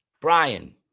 Brian